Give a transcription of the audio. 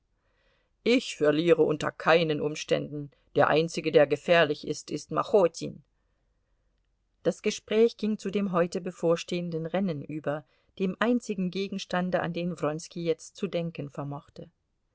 ich verliere unter keinen umständen der einzige der gefährlich ist ist machotin das gespräch ging zu dem heute bevorstehenden rennen über dem einzigen gegenstande an den wronski jetzt zu denken vermochte